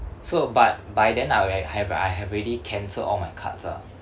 so but by then I would I have I have already cancelled all my cards lah